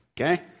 Okay